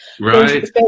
Right